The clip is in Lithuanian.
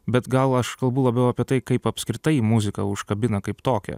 bet gal aš kalbu labiau apie tai kaip apskritai muzika užkabina kaip tokia